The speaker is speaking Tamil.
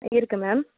இருக்குது மேம்